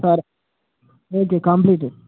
సరే okay completed